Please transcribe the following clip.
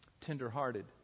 Tenderhearted